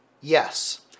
Yes